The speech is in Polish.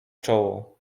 czoło